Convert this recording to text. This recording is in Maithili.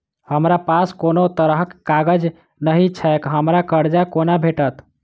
हमरा पास कोनो तरहक कागज नहि छैक हमरा कर्जा कोना भेटत?